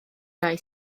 rai